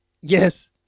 Yes